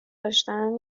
داشتن